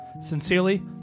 Sincerely